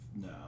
No